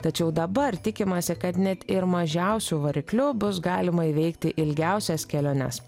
tačiau dabar tikimasi kad net ir mažiausiu varikliu bus galima įveikti ilgiausias keliones